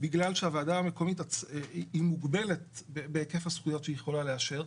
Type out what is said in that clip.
בגלל שהוועדה המקומית מוגבלת בהיקף הזכויות שהיא יכולה לאשר,